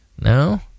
no